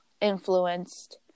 influenced